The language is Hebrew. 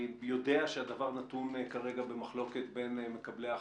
אני יודע שהדבר נתון כרגע במחלוקת בין מקבלי החלטות.